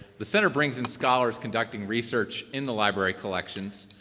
the center brings in scholars conducting research in the library collections.